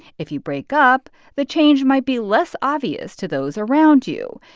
if you break up, the change might be less obvious to those around you.